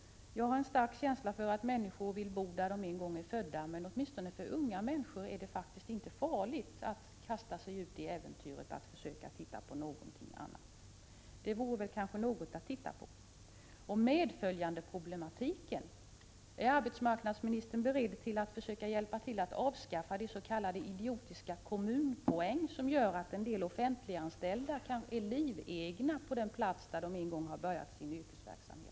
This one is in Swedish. Jag har en stark känsla av att människor vill bo på den plats där de en gång föddes. Åtminstone när det gäller unga människor är det faktiskt inte farligt att ge sig i kast med äventyret att försöka se sig om efter någonting annat. Det här vore kanske något att titta på. Sedan några ord beträffande medföljandeproblematiken. Är arbetsmarknadsministern beredd att försöka hjälpa till att avskaffa de idiotiska s.k. kommunpoängen, som gör att en del offentligt anställda blir livegna på den plats där de en gång började sin yrkesverksamhet?